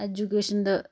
education दा